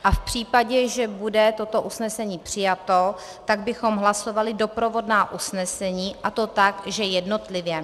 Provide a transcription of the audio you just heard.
A v případě, že bude toto usnesení přijato, tak bychom hlasovali doprovodná usnesení, a to tak, že jednotlivě.